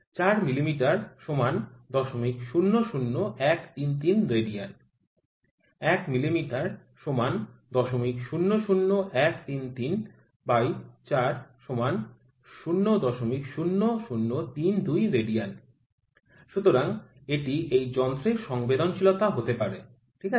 ৪ মিমি ০০০১৩৩ রেডিয়ান ১ মিমি ০০০১৩৩৪ ০০০৩২ রেডিয়ান সুতরাং এটি এই যন্ত্রের সংবেদনশীলতা হতে পারে ঠিক আছে